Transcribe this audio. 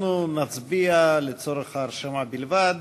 אנחנו נצביע לצורך ההרשמה בלבד.